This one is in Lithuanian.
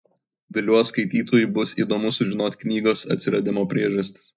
viliuos skaitytojui bus įdomu sužinoti knygos atsiradimo priežastis